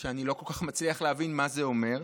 שאני לא כל כך מצליח להבין מה זה אומר,